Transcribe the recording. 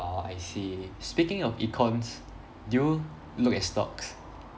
ah I see speaking of econs do you look at stocks